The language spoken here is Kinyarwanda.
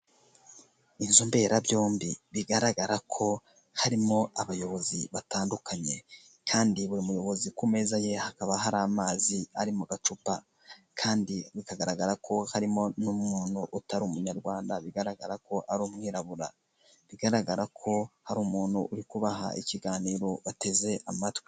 Inzu mberabyombi bigaragara ko harimo abayobozi batandukanye, kandi buri muyobozi ku meza ye hakaba hari amazi ari mu gacupa, kandi bikagaragara ko harimo n'umuntu utari Umunyarwanda, bigaragara ko ari umwirabura. Bigaragara ko hari umuntu uri kubaha ikiganiro bateze amatwi.